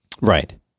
Right